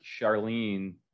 Charlene